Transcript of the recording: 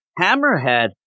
Hammerhead